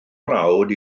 frawd